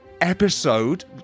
episode